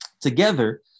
Together